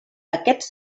aquests